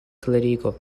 klarigo